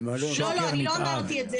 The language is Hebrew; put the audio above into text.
לא, אני לא אמרתי את זה.